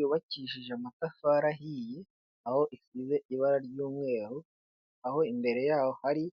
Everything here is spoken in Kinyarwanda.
Yubakishije amatafari ahiye, aho isize ibara ry'umweru, aho imbere yaho hari